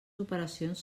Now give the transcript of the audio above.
operacions